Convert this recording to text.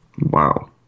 Wow